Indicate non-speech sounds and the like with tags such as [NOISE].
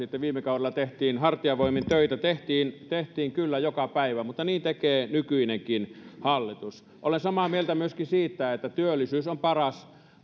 [UNINTELLIGIBLE] että viime kaudella tehtiin hartiavoimin töitä tehtiin tehtiin kyllä joka päivä mutta niin tekee nykyinenkin hallitus olen samaa mieltä myöskin siitä että työllisyys on